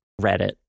Reddit